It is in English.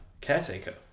caretaker